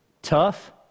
Tough